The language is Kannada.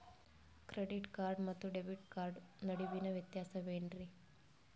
ಕ್ರೆಡಿಟ್ ಕಾರ್ಡ್ ಮತ್ತು ಡೆಬಿಟ್ ಕಾರ್ಡ್ ನಡುವಿನ ವ್ಯತ್ಯಾಸ ವೇನ್ರೀ?